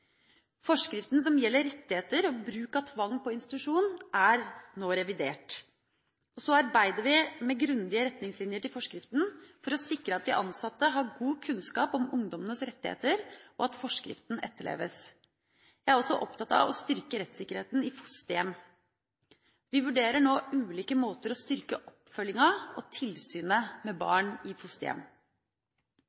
Forskriften som gjelder rettigheter og bruk av tvang på institusjon, er nå revidert. Vi arbeider med grundige retningslinjer til forskriften for å sikre at de ansatte har god kunnskap om ungdommenes rettigheter, og at forskriften etterleves. Jeg er også opptatt av å styrke rettssikkerheten i fosterhjem. Vi vurderer nå ulike måter å styrke oppfølginga av og tilsynet med